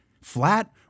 flat